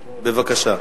בבקשה.